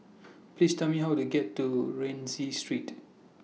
Please Tell Me How to get to Rienzi Street